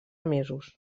mesos